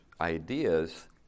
ideas